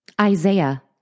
Isaiah